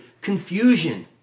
confusion